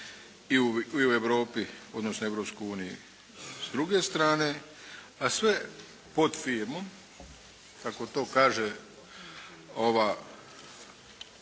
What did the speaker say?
i u Europi odnosno Europskoj uniji. S druge strane, a sve pod firmom kako to kaže ova